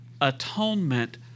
atonement